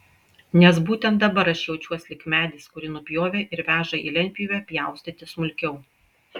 nes būtent dabar aš jaučiuos lyg medis kurį nupjovė ir veža į lentpjūvę pjaustyti smulkiau